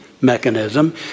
mechanism